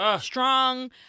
strong